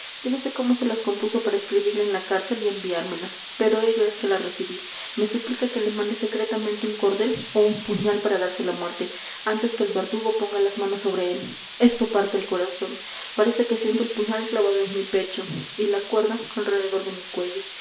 yo no sé cómo se las compuso para escribirla en la cárcel y enviármela pero ello es que la recibí me suplica que le mande secretamente un cordel o un puñal para darse la muerte antes que el verdugo ponga las manos sobre él esto parte el corazón parece que siento el puñal clavado en mi pecho y la cuerda alrededor de mi cuello